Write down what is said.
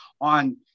on